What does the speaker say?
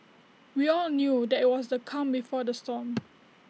we all knew that IT was the calm before the storm